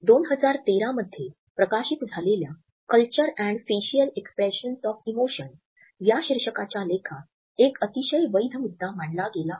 २०१३ मध्ये प्रकाशित झालेल्या 'culture and facial expressions of emotions' या शीर्षकाच्या लेखात एक अतिशय वैध मुद्दा मांडला गेला आहे